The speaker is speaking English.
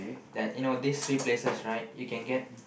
you know this three places right you can get